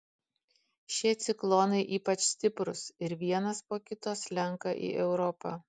šie ciklonai ypač stiprūs ir vienas po kito slenka į europą